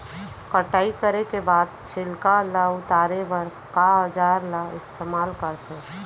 कटाई करे के बाद छिलका ल उतारे बर का औजार ल इस्तेमाल करथे?